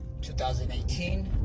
2018